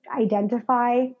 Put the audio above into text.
identify